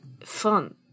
fun